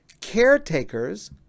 caretakers